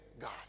God